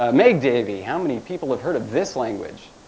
ah megdevi. how many people have heard of this language?